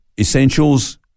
essentials